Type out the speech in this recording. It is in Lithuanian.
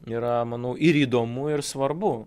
yra manau ir įdomu ir svarbu